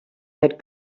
had